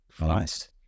Nice